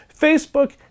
Facebook